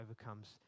overcomes